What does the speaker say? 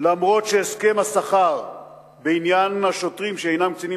אף-על-פי שהסכם השכר בעניין השוטרים שאינם קצינים